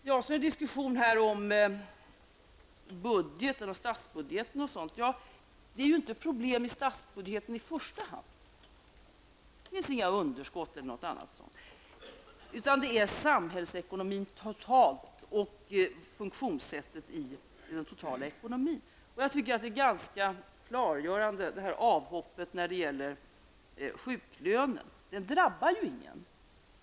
Vidare har det här varit en diskussion om statsbudgeten. Problemet är ju inte i första hand statsbudgeten. Det finns inga underskott i denna. Problemet är hur samhällsekonomin totalt fungerar. Jag tycker att avhoppet när det gäller sjuklönen är ganska klargörande.